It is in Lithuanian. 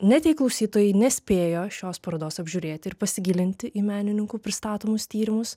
net jei klausytojai nespėjo šios parodos apžiūrėti ir pasigilinti į menininkų pristatomus tyrimus